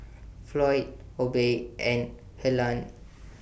Floyd Obie and Helaine